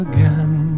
Again